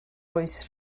oes